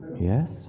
Yes